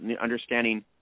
understanding